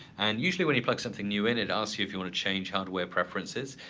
and usually when you plug something new it it asks you if you wanna change hardware preferences.